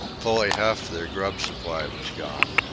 fully half their grub supply was gone.